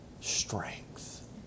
strength